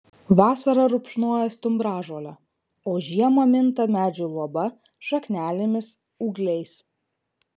vasarą rupšnoja stumbražolę o žiemą minta medžių luoba šaknelėmis ūgliais